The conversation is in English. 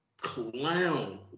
clown